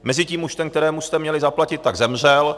Mezitím už ten, kterému jste měli zaplatit, tak zemřel.